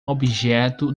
objeto